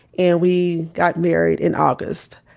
and we got married in august,